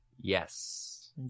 Yes